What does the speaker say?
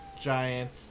giant